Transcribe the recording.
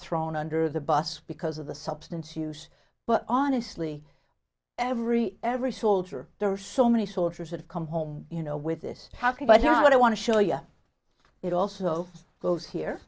thrown under the bus because of the substance use but honestly every every soldier there are so many soldiers that come home you know with this happy but you know what i want to show you it also goes here